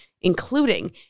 including